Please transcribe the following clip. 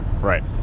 Right